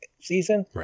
season